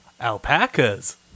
Alpacas